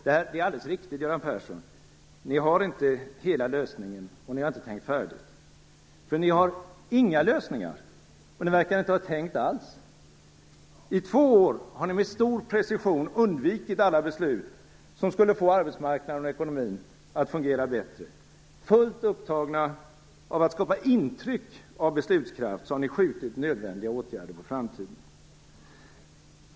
Det är alldeles riktigt, Göran Persson, att ni inte har hela lösningen och inte tänkt färdigt, för ni har inga lösningar. Ni verkar inte ha tänkt alls. I två år har ni med stor precision undvikit alla beslut som skulle få arbetsmarknaden och ekonomin att fungera bättre. Fullt upptagna av att skapa intryck av beslutskraft har ni skjutit nödvändiga åtgärder på framtiden.